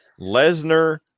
Lesnar